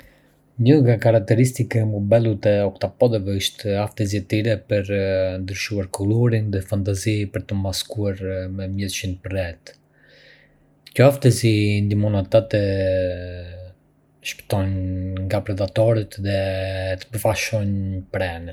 Një nga karateristike më bellu të oktapodëve është aftësia e tyre për të ndryshuar kulurin dhe fantasi për t'u maskuar me mjedisin përreth. Kjo aftësi i ndihmon ata të shpëtojnë nga predatoret dhe të befasojnë prenë.